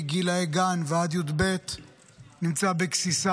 מגילאי גן עד י"ב נמצא בגסיסה.